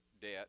debt